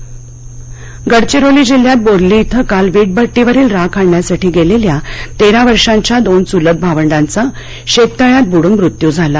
बुडून मृत्यू गडचिरोली जिल्ह्यात बोदली इथं काल विटभट्टीवरील राख आणण्यासाठी गेलेल्या तेरा वर्षांच्या दोन चुलत भावंडांचा शेततळ्यात बुडून मृत्यू झाला